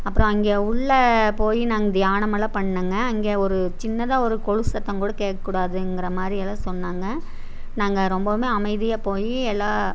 அப்றம் அங்கே உள்ளே போய் நாங்கள் தியானமெல்லாம் பண்ணோங்க அங்கே ஒரு சின்னதாக ஒரு கொலுசு சத்தம் கூட கேட்கக் கூடாதுங்கிற மாதிரியெல்லாம் சொன்னாங்க நாங்கள் ரொம்பவும் அமைதியாக போய் எல்லாம்